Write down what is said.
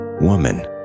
Woman